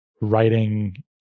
writing